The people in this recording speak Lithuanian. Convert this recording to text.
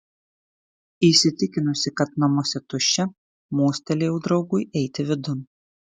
įsitikinusi kad namuose tuščia mostelėjau draugui eiti vidun